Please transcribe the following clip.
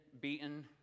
beaten